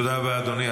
תודה רבה, אדוני.